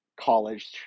college